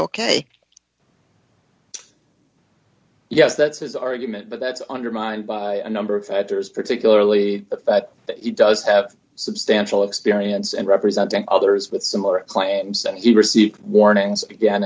ok yes that's his argument but that's undermined by a number of factors particularly the fact that he does have substantial experience and representing others with similar claims that he received warnings again